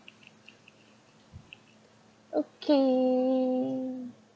okay